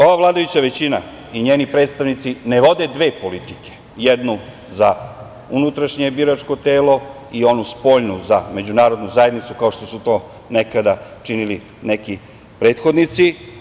Ova vladajuća većina i njeni predstavnici ne vode dve politike, jednu za unutrašnje biračko telo i onu spoljnu, za međunarodnu zajednicu, kao što su to nekada činili neki prethodnici.